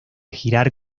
girar